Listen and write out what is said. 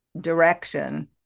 direction